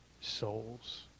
souls